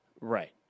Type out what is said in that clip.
Right